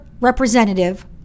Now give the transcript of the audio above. representative